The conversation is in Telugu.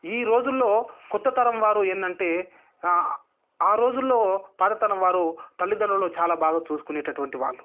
ఈ రోజుల్లో కొత్త తరం వారు ఏందంటే ఆ రోజుల్లో పాతతరం వారు తల్లిదండ్రులను చాలా బాగా చూసుకునేటటువంటి వాళ్ళు